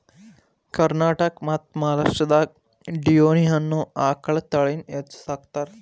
ಕರ್ನಾಟಕ ಮತ್ತ್ ಮಹಾರಾಷ್ಟ್ರದಾಗ ಡಿಯೋನಿ ಅನ್ನೋ ಆಕಳ ತಳಿನ ಹೆಚ್ಚ್ ಸಾಕತಾರ